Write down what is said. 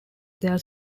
their